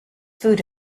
food